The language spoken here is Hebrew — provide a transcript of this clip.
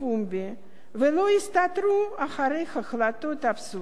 ולא יסתתרו מאחורי החלטות אבסורדיות.